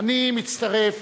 אני מצטרף